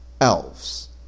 Elves